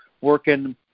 working